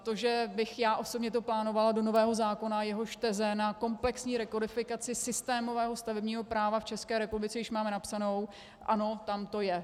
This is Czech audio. To, že bych já osobně to plánovala do nového zákona, jehož teze na komplexní rekodifikaci systémového stavebního práva v České republice již máme napsané, ano, tam to je.